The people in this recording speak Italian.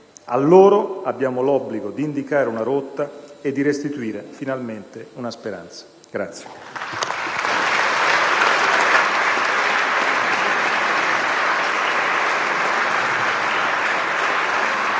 A loro abbiamo l'obbligo di indicare una rotta e di restituire, finalmente, una speranza.